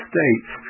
States